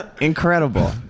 Incredible